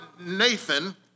Nathan